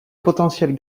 potentiel